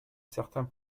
certain